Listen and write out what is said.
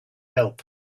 help